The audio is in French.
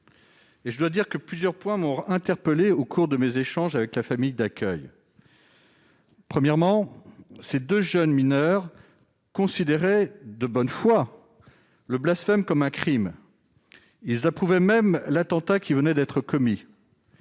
Je dois dire que plusieurs points m'ont interpellé au cours de mes échanges avec cette famille d'accueil. Ces deux jeunes mineurs considéraient de bonne foi le blasphème comme un crime. Ils approuvaient même l'attentat qui venait d'être commis.